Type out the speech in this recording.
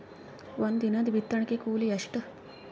ಒಂದಿನದ ಬಿತ್ತಣಕಿ ಕೂಲಿ ಎಷ್ಟ?